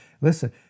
Listen